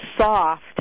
soft